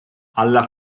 alla